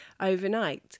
overnight